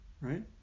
right